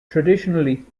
traditionally